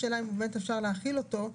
השאלה אם באמת אפשר להחיל אותו,